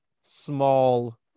small